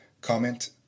comment